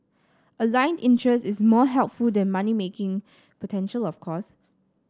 aligned interest is more helpful than money making potential of course